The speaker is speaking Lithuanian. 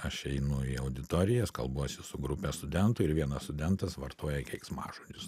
aš einu į auditorijas kalbuosi su grupe studentų ir vienas studentas vartoja keiksmažodžius